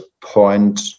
point